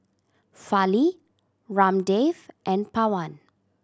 Fali Ramdev and Pawan